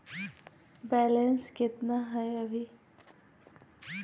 Balance केतना हय अभी?